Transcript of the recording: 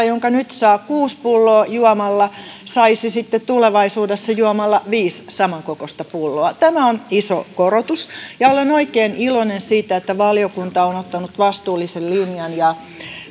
jonka nyt saa kuusi pulloa juomalla saisi sitten tulevaisuudessa juomalla viisi samankokoista pulloa tämä on iso korotus ja olen oikein iloinen siitä että valiokunta on ottanut vastuullisen linjan ja